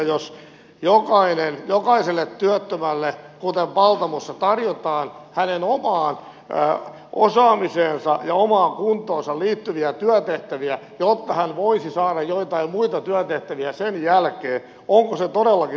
jos jokaiselle työttömälle kuten paltamossa tarjotaan hänen omaan osaamiseensa ja omaan kuntoonsa liittyviä työtehtäviä jotta hän voisi saada joitain muita työtehtäviä sen jälkeen niin onko se todellakin työttömien syyllistämistä